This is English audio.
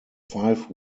five